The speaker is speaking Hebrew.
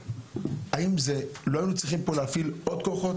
האם לא היו צריכים להפעיל פה עוד כוחות?